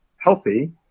healthy